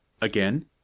Again